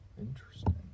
Interesting